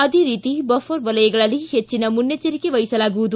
ಅದೇ ರೀತಿ ಬಫರ್ ವಲಯಗಳಲ್ಲಿ ಹೆಚ್ಚಿನ ಮುನ್ನೆಚ್ಚರಿಕೆ ವಹಿಸಲಾಗುವುದು